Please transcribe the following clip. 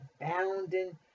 abounding